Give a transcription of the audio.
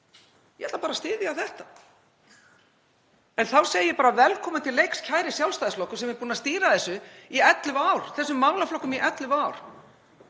Ég ætla að styðja þetta en þá segi ég bara: Velkominn til leiks, kæri Sjálfstæðisflokkur, sem er búinn að stýra þessu í 11 ár, þessum málaflokkum í 11 ár.